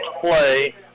play